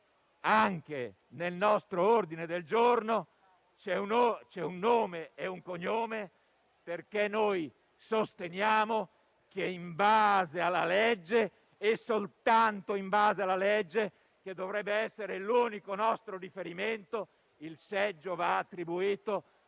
anche nel nostro ordine del giorno c'è un nome e un cognome perché noi sosteniamo che in base alla legge e soltanto in base alla legge, che dovrebbe essere l'unico nostro riferimento, il seggio va attribuito